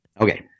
Okay